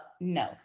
no